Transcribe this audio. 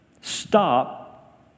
stop